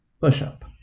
Push-up